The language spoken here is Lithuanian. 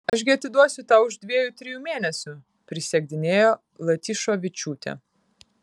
aš gi atiduosiu tau už dviejų trijų mėnesių prisiekdinėjo latyšovičiūtė